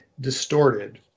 distorted